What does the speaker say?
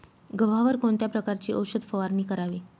गव्हावर कोणत्या प्रकारची औषध फवारणी करावी?